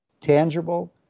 tangible